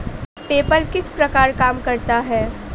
PayPal किस प्रकार काम करता है?